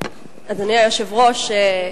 אדוני היושב-ראש,